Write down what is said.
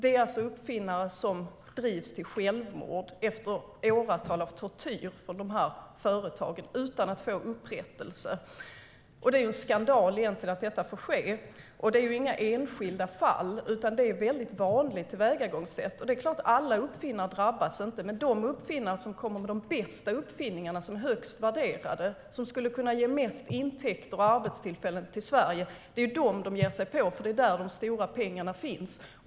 Det är uppfinnare som drivs till självmord efter åratal av tortyr från de här företagen utan att få upprättelse. Det är egentligen en skandal att detta får ske. Det är inga enskilda fall, utan det är ett mycket vanligt tillvägagångssätt. Det är klart att alla uppfinnare inte drabbas, men de uppfinnare som kommer med de bästa uppfinningarna, som är högst värderade och skulle kunna ge mest intäkter och arbetstillfällen till Sverige är de som företagen ger sig på, för det är där de stora pengarna finns.